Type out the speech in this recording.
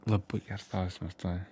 labai geras klausimas tuoj